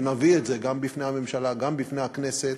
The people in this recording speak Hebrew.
ונביא את זה גם בפני הממשלה וגם בפני הכנסת,